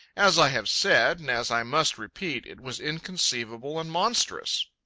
as i have said, and as i must repeat, it was inconceivable and monstrous.